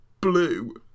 blue